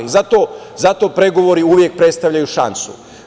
I zato pregovori uvek predstavljaju šansu.